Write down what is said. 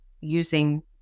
using